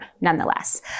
nonetheless